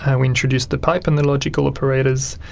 and we introduced the pipe and the logical operators,